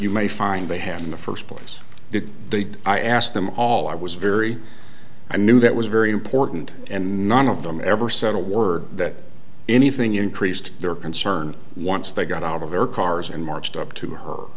you may find they have in the first place did they i asked them all i was very i knew that was very important and none of them ever said a word that anything increased their concern once they got out of their cars and marched up to her